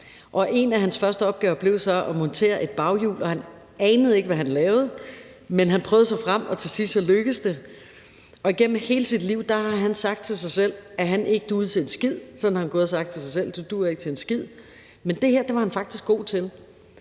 En af hans første opgaver blev så at montere et baghjul, og han anede ikke, hvad han lavede, men han prøvede sig frem, og til sidst lykkedes det. Igennem hele sit liv har han sagt til sig selv, at han ikke duede til en skid. Sådan har han gået og sagt til sig selv: Du duer ikke til en skid. Men det her var han faktisk god til,